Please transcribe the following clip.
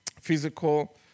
physical